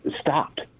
stopped